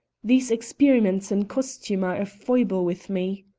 these experiments in costume are a foible with me.